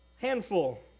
handful